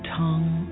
tongue